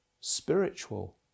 spiritual